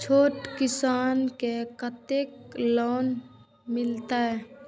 छोट किसान के कतेक लोन मिलते?